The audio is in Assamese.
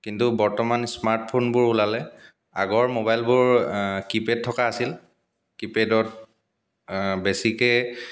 কিন্তু বৰ্তমান স্মাৰ্টফোনবোৰ ওলালে আগৰ মোবাইলবোৰ কিপেড থকা আছিল কিপেডত বেছিকৈ